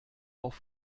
auf